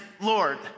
Lord